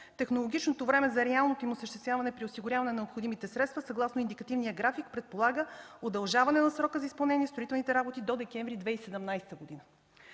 Технологичното време за реалното им осъществяване при осигуряване на необходимите средства, съгласно индикативния график предполага удължаване на срока за изпълнение на строителните работи до декември 2017 г.